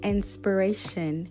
Inspiration